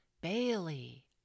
Bailey